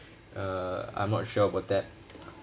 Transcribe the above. uh I'm not sure about that